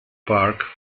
park